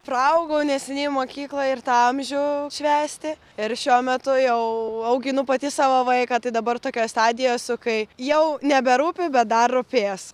praaugau neseniai mokyklą ir tą amžių švęsti ir šiuo metu jau auginu pati savo vaiką tai dabar tokioj stadijoj esu kai jau neberūpi bet dar rūpės